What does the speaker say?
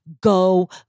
go